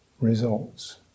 results